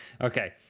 Okay